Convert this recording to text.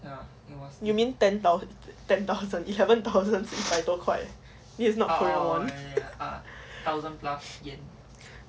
you mean ten thousand ten thousand eleven thousand 四百多块 this it not korean won